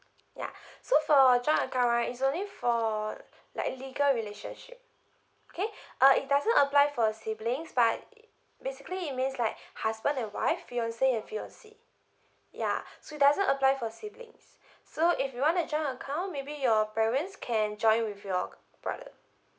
yeah so for joint account right it's only for like legal relationship okay uh it doesn't apply for siblings but basically it means like husband and wife fiance and fiancee yeah so it doesn't apply for siblings so if you want a joint account maybe your parents can joint with your brother